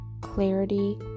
clarity